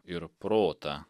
ir protą